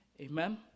Amen